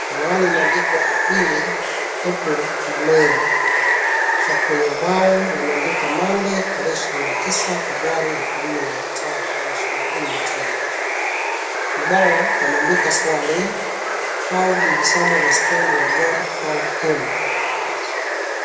Kuna mahali imeandikwa Aprili, April[ na May kisha kwenye ubao wameandika Monday tarehe ishirini na tisa Februari elfu mbili ishirini na tano. Ubao wameandika swali, how did Simon respond when God called him? .